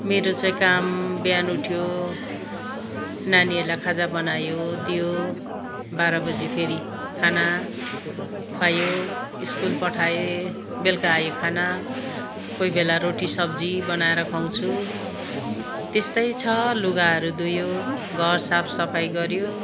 मेरो चाहिँ काम बिहान उठ्यो नानीहरूलाई खाजा बनायो दियो बाह्र बजी फेरि खाना खुवायो स्कुल पठाएँ बेलुका आयो खाना कोही बेला रोटी सब्जी बनाएर खुवाउँछु त्यस्तै छ लुगाहरू धुयो घर साफसफाइ गर्यो